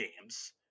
games